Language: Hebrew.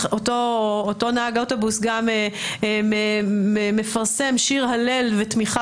אותו נהג אוטובוס גם מפרסם שיר הלל ותמיכה